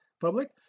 public